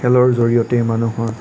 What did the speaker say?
খেলৰ জৰিয়তেই মানুহৰ